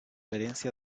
herencia